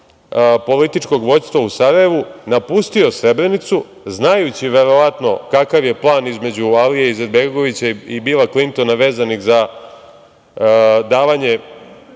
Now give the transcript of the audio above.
političkog vođstva u Sarajevu, napustio Srebrenicu, znajući verovatno kakav je plan između Alije Izetbegovića i Bila Klintona, vezan za davanje